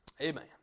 Amen